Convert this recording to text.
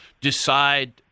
decide